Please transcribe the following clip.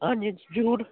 ਹਾਂਜੀ ਹਾਂਜੀ ਜ਼ਰੂਰ